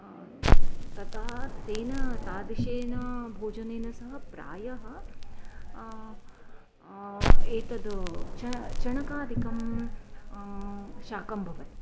तथा तेन तादृशेन भोजनेन सह प्रायः एतत् च चणकादिकं शाकं भवति